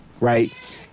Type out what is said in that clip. right